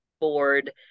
board